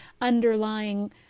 underlying